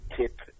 tip